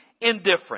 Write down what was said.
indifferent